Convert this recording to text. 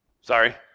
Sorry